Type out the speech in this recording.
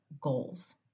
goals